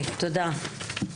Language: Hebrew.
תודה.